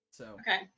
Okay